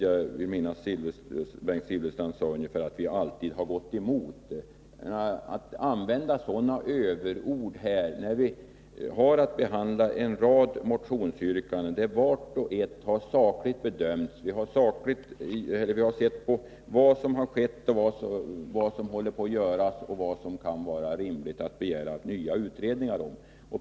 Jag vill minnas att Bengt Silfverstrand sade att vi alltid har gått emot detta. Varför använda sådana överord? Vi har här att behandla en rad motionsyrkanden, och vi har sakligt bedömt vad som har skett, vad som håller på att göras och på vilka punkter det kan vara rimligt att begära nya utredningar.